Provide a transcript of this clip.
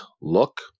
look